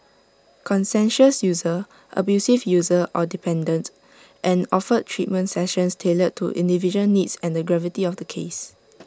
conscientious user abusive user or dependents and offered treatment sessions tailored to individual needs and the gravity of the case